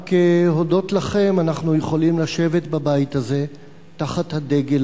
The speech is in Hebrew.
רק הודות לכם אנחנו יכולים לשבת בבית הזה תחת הדגל